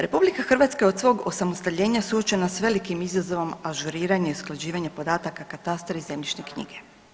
RH je od svog osamostaljenja suočena s velikim izazovom ažuriranja i usklađivanja podataka katastra i zemljišne knjige.